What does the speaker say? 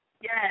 Yes